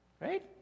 Right